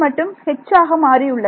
மட்டும் H ஆக மாறியுள்ளது